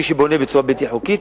מי שבונה בצורה בלתי חוקית,